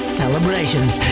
celebrations